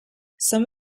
some